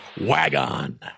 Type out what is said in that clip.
Wagon